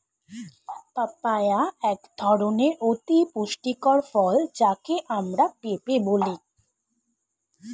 papaya এক ধরনের অতি পুষ্টিকর ফল যাকে আমরা পেঁপে বলি